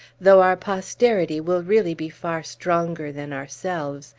though our posterity will really be far stronger than ourselves,